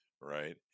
right